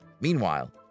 Meanwhile